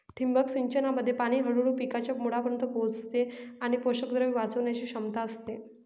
ठिबक सिंचनामध्ये पाणी हळूहळू पिकांच्या मुळांपर्यंत पोहोचते आणि पोषकद्रव्ये वाचवण्याची क्षमता असते